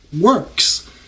works